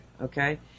Okay